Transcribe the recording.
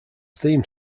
theme